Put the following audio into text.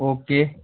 okay